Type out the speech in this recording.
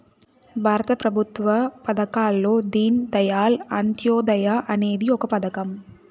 భారత ప్రభుత్వ పథకాల్లో దీన్ దయాళ్ అంత్యోదయ అనేది ఒక పథకం